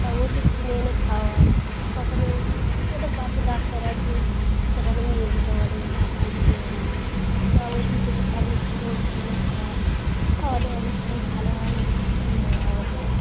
তা ওষুধ কিনে এনে খাওয়ায় কখনও আমাদের পাশে ডাক্তার আছে সেখানে নিয়ে যেতে বলে ভ্যাকসিন দিয়ে আনি বা ওষুধ এনে ফার্মেসি থেকে ওষুধ এনে খাওয়াই খাওয়ালে অনেক সময় ভালো হয় অনেক সময় মারা ও যায়